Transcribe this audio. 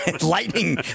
Lightning